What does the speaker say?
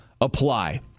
apply